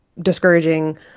discouraging